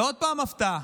ועוד פעם, הפתעה,